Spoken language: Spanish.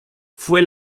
fue